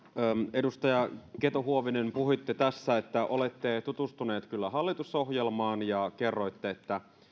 edustaja keto huovinen puhuitte tässä että olette tutustunut kyllä hallitusohjelmaan ja kerroitte että